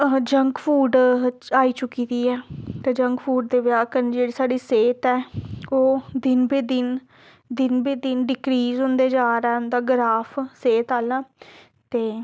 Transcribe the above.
junk food आई चुकी दी ऐ ते जंक फूड दे बजह् कारण जेह्ड़ी साढ़ी सेह्त ऐ ओह् दिन बे दिन दिन ब दिन डिक्रीज होंदे जा दा ऐ उं'दा ग्राफ सेह्त आह्ला ते